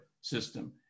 system